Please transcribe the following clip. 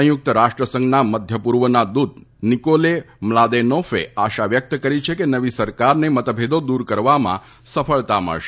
સંયુક્ત રાષ્ટ્રસંઘના મધ્ય પૂર્વના દૂત નિકોલે મ્લાદેનોફે આશા વ્યક્ત કરી છે કે નવી સરકારને મતભેદો દૂર કરવામાં સફળતા મળશે